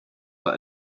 for